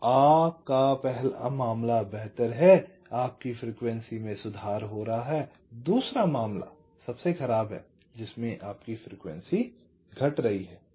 तो आपका पहला मामला बेहतर है आपकी फ्रीक्वेंसी में सुधार हो रहा है दूसरा मामला सबसे खराब है जिसमे आपकी फ्रीक्वेंसी घट रही है